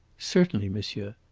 certainly, monsieur.